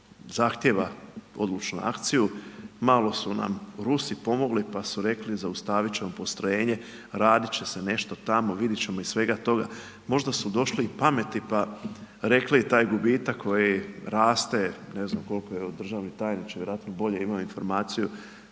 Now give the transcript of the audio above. zahtjeva odlučnu akciju. Malo su nam Rusi pomogli, pa su rekli zaustaviti ćemo postrojenje, raditi će se nešto tamo, vidjeti ćemo iz svega toga. Možda su došli i pameti pa rekli i taj gubitak, koji raste, ne znam koliko evo i državni tajniče, vjerojatno bolje ima informaciju,